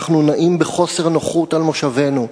אנחנו נעים בחוסר נוחות על מושבינו.